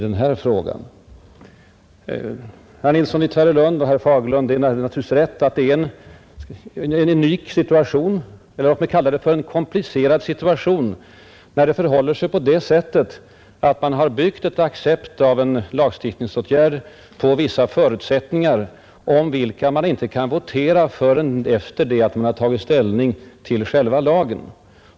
Herr Nilsson i Tvärålund och herr Fagerlund har naturligtvis rätt i att det är en unik situation, eller låt mig hellre kalla det för en komplicerad situation, när det förhåller sig på det sättet att man har byggt en accept av en lagstiftningsåtgärd på vissa förutsättningar, om vilka man inte kan votera förrän efter det man tagit ställning till själva lagen.